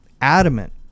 adamant